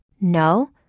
No